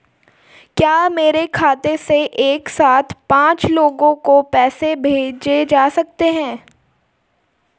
क्या मेरे खाते से एक साथ पांच लोगों को पैसे भेजे जा सकते हैं?